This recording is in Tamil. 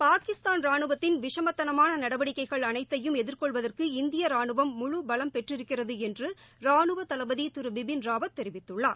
பாகிஸ்தான் ரானுவத்தின் விஷமத்தனமான நடவடிக்கைகள் அனைத்தையும் எதிர்கொள்வதற்கு இந்திய ரானுவம் முழு பலம் பெற்றிருக்கிறது என்று ரானுவ தளபதி திரு பிபின் ராவத் தெரிவித்துள்ளார்